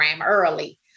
early